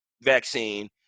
vaccine